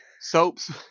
soaps